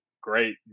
Great